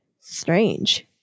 strange